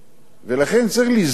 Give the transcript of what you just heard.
לכן צריך לזכור,